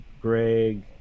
Greg